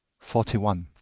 forty one.